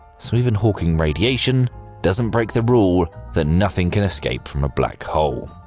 so even hawking radiation doesn't break the rule that nothing can escape from a black hole.